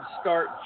start